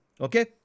Okay